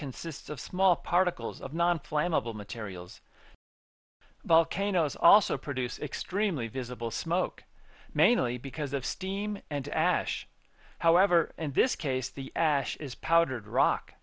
consists of small particles of non flammable materials volcanos also produce extremely visible smoke mainly because of steam and ash however in this case the ash is powdered rock